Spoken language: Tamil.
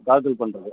காதுல் பண்ணுறது